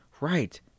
Right